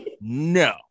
No